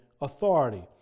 authority